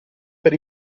per